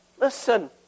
Listen